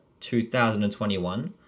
2021